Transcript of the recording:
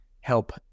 help